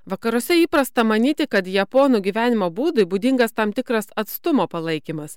vakaruose įprasta manyti kad japonų gyvenimo būdui būdingas tam tikras atstumo palaikymas